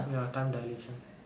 ya time dilation